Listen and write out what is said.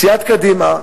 סיעת קדימה,